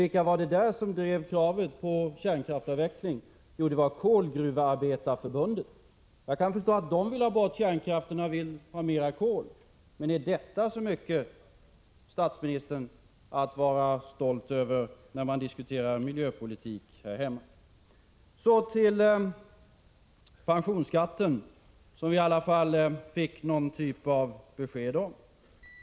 Vilka var det som där drev kravet på kärnkraftsavveckling? Jo, det var Kolgruvearbetareförbundet. Jag kan förstå att det förbundet vill ha bort kärnkraften och ha mer kol. Men är detta, statsministern, så mycket att vara stolt över när man diskuterar miljöpolitik här hemma? Så till pensionsskatten, som vi dock fick någon typ av besked om.